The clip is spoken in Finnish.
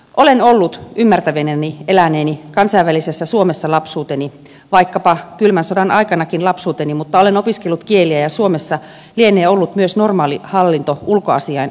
olen ollut ymmärtävinäni eläneeni kansainvälisessä suomessa lapsuuteni vaikkapa kylmän sodan aikanakin olen opiskellut kieliä ja suomessa lienee ollut myös normaali hallinto ulkoasiainsuhteineen